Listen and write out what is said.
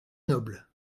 noble